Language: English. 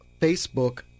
Facebook